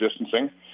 distancing